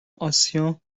آسیا